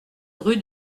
rue